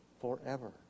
forever